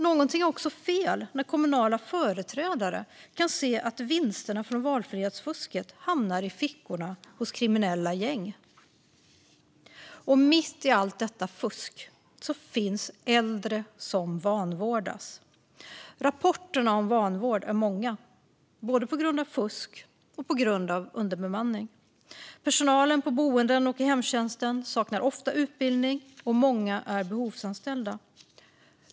Någonting är också fel när kommunala företrädare kan se att vinsterna från valfrihetsfusket hamnar i fickorna hos kriminella gäng. Mitt i allt detta fusk finns äldre som vanvårdas. Rapporterna om vanvård är många, både på grund av fusk och på grund av underbemanning. Personalen på boenden och i hemtjänsten saknar ofta utbildning, och många är behovsanställda.